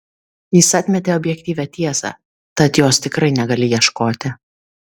jis atmetė objektyvią tiesą tad jos tikrai negali ieškoti